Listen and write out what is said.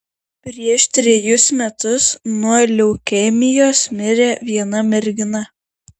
prieš trejus metus nuo leukemijos mirė viena mergina